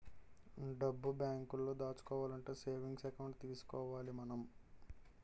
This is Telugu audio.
డబ్బు బేంకులో దాచుకోవాలంటే సేవింగ్స్ ఎకౌంట్ తీసుకోవాలి మనం